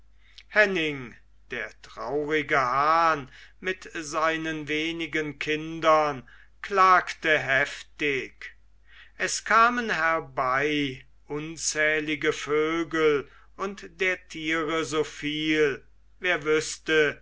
henning der traurige hahn mit seinen wenigen kindern klagte heftig es kamen herbei unzählige vögel und der tiere so viel wer wüßte